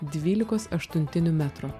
dvylikos aštuntinių metro